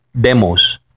demos